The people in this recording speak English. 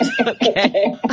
Okay